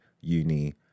uni